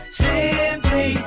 simply